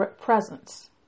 presence